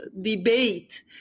debate